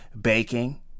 baking